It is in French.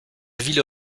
ville